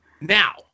Now